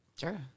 sure